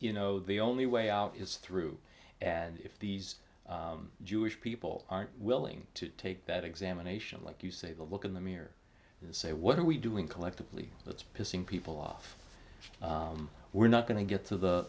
you know the only way out is through and if these jewish people aren't willing to take that examination like you say to look in the mirror and say what are we doing collectively that's pissing people off we're not going to get to the